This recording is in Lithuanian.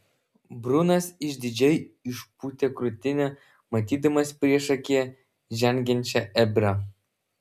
brunas išdidžiai išpūtė krūtinę matydamas priešakyje žengiančią ebrą